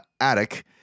attic